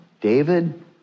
David